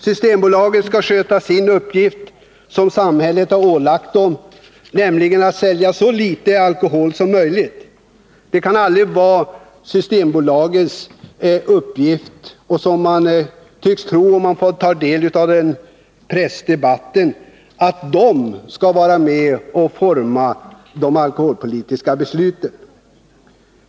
Systembolaget skall sköta sin uppgift, som samhället ålagt det, nämligen att sälja så litet alkohol som möjligt. Det kan aldrig vara Systembolagets uppgift att vara med och forma de alkoholpolitiska besluten — vilket man kan tro att företrädare för bolaget anser, om man tar del av pressdebatten.